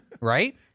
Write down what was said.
Right